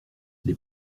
les